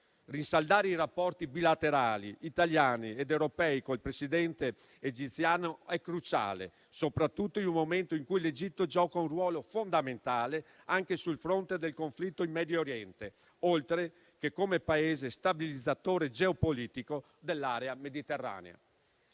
Rinsaldare i rapporti bilaterali italiani ed europei con il Presidente egiziano è cruciale, soprattutto in un momento in cui l'Egitto gioca un ruolo fondamentale anche sul fronte del conflitto in Medio Oriente, oltre che come Paese stabilizzatore geopolitico dell'area mediterranea.